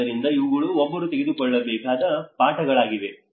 ಆದ್ದರಿಂದ ಇವುಗಳು ಒಬ್ಬರು ತೆಗೆದುಕೊಳ್ಳಬೇಕಾದ ಪಾಠಗಳಾಗಿವೆ